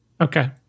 Okay